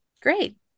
Great